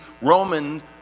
Roman